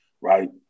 right